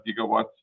gigawatts